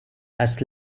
has